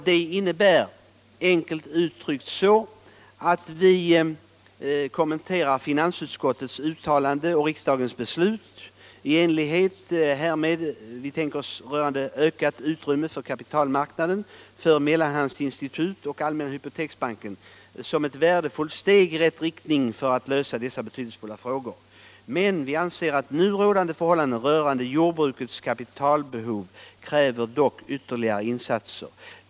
Det innebär enkelt uttryckt att vi kommenterar finansutskottets uttalande och riksdagens beslut i enlighet härmed rörande ökat utrymme på kapitalmarknaden för mellanhandsinstituten och Allmänna Hypoteksbanken. Vi säger att det är ”ett värdefullt steg i rätt riktning för att lösa dessa betydelsefulla frågor”. Men vi anser att nu rådande förhållanden rörande jordbrukets kapitalbehov kräver ytterligare insatser.